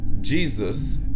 Jesus